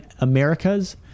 Americas